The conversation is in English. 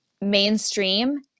mainstream